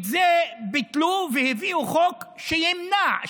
את זה ביטלו והביאו חוק שימנע,